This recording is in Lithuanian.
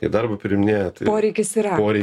į darbą priiminėja poreikis yra